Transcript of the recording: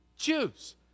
choose